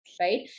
right